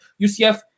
UCF